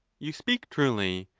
you speak truly,